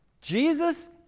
Jesus